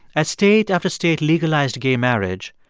as state after state legalized gay marriage,